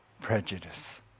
prejudice